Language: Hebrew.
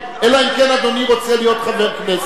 אלא אם כן אדוני רוצה להיות חבר כנסת,